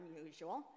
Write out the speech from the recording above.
unusual